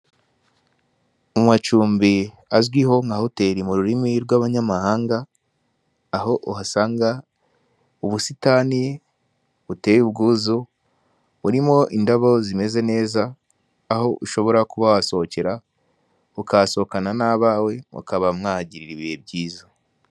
Mu macumbi azwiho nka hoteri mu rurimi rw'abanyamahanga, aho uhasanga ubusitani buteye ubwuzu, urimo indabo zimeze neza, aho ushobora kuba wasohokera, ukahasohokana n'abawe, mukaba mwahagirira ibihe byiza.